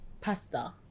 pasta